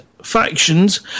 Factions